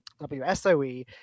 WSOE